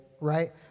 right